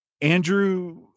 Andrew